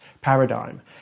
paradigm